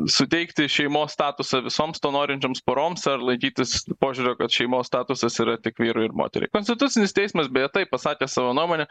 suteikti šeimos statusą visoms to norinčioms poroms ar laikytis požiūrio kad šeimos statusas yra tik vyrui ir moteriai konstitucinis teismas beje taip pasakė savo nuomonę